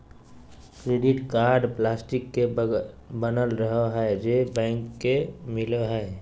credit card plastic के बनल रहो हइ जे बैंक से मिलो हइ